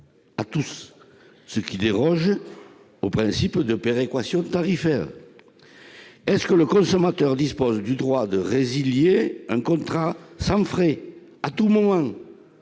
à tous, ce qui déroge au principe de péréquation tarifaire. Le consommateur dispose-t-il du droit de résilier un contrat sans frais, à tout moment ?